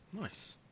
Nice